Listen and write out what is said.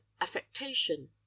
affectation